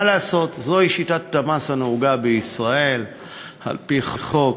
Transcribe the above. מה לעשות, זוהי שיטת המס הנהוגה בישראל על-פי חוק.